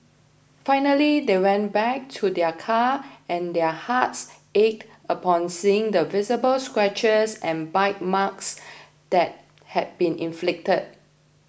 finally they went back to their car and their hearts ached upon seeing the visible scratches and bite marks that had been inflicted